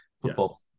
football